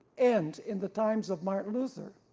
end in the times of martin luther,